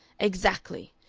exactly!